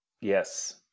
Yes